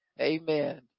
Amen